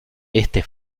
este